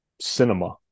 cinema